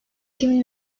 kimin